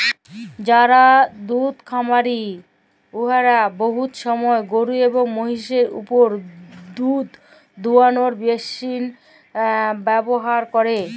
যারা দুহুদ খামারি উয়ারা বহুত সময় গরু এবং মহিষদের উপর দুহুদ দুয়ালোর মেশিল ব্যাভার ক্যরে